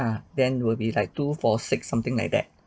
uh then will be like two four six something like that